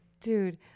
dude